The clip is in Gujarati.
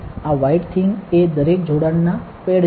આ વ્હાઇટ થિંગ એ દરેક જોડાણોના પેડ છે